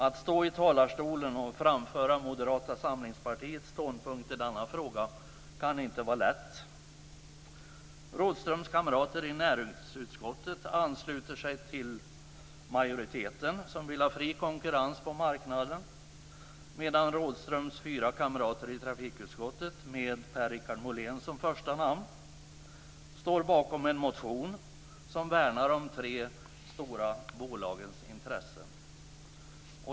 Att stå i talarstolen och framföra Moderata samlingspartiets ståndpunkt i denna fråga kan inte vara lätt. Rådhströms kamrater i näringsutskottet ansluter sig till majoriteten, som vill ha fri konkurrens på marknaden, medan Rådhströms fyra kamrater i trafikutskottet med Per-Richard Molén som första namn står bakom en motion som värnar de tre stora bolagens intressen.